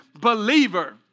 believer